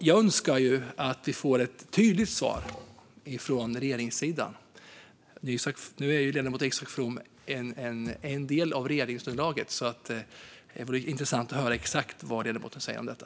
Jag önskar att vi får ett tydligt svar från regeringssidan. Ledamot Isak From är en del av regeringsunderlaget, så det vore intressant att höra exakt vad ledamoten säger om detta.